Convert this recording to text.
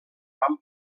van